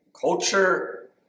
Culture